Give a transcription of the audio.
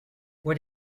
what